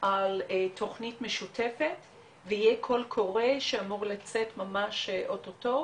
על תוכנית משותפת ויהיה קול קורא שאמור לצאת ממש אוטוטו